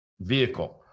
vehicle